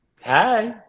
Hi